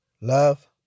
love